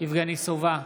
יבגני סובה,